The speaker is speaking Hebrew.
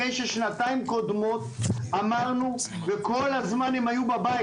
אחרי ששנתיים קודמות אמרנו וכל הזמן הם היו בבית